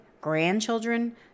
grandchildren